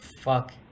fuck